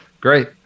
great